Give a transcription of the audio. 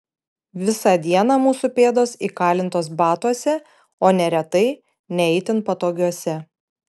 visą dieną mūsų pėdos įkalintos batuose o neretai ne itin patogiuose